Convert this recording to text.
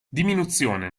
diminuzione